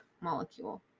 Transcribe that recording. molecule